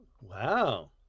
Wow